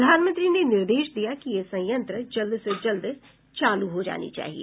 प्रधानमंत्री ने निर्देश दिया है कि यह संयंत्र जल्द से जल्द चालू हो जानी चाहिए